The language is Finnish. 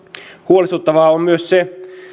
huolestuttavaa on myös se